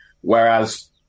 Whereas